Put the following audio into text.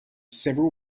several